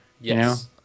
Yes